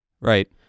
Right